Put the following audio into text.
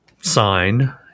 sign